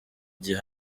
gihe